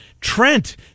Trent